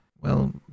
Well